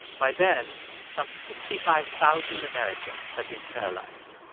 by then some sixty five thousand americans had been sterilized.